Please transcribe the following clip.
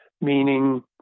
meaning